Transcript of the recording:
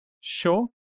Sure